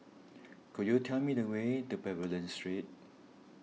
could you tell me the way to Pavilion Street